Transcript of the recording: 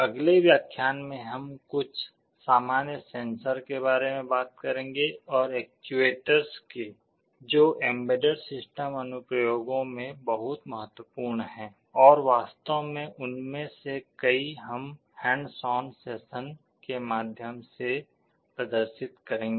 अगले व्याख्यान में हम कुछ सामान्य सेंसर के बारे में बात करेंगे और एक्ट्यूएटर्स के जो एम्बेडेड सिस्टम अनुप्रयोगों में बहुत महत्वपूर्ण हैं और वास्तव में उनमें से कई हम हैंड्स ऑन सेशन के माध्यम से प्रदर्शित करेंगे